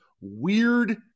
weird